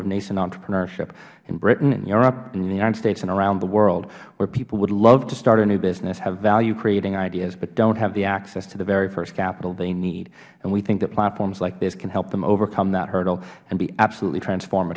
of nascent entrepreneurship in britain in europe and the united states and around the world where people would love to start a new business have valuecreating ideas but don't have the access to the very first capital they need and we think that platforms like this can help them overcome that hurdle and be absolutely transform